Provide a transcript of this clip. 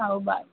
हो बाय